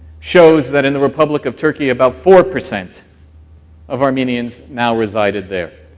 shows that in the republic of turkey about four percent of armenians now resided there.